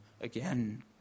again